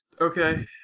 Okay